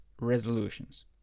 resolutions